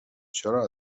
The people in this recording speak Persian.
چرا